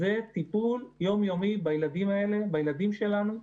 אלא טיפול יום-יומי בילדים שלנו.